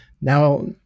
Now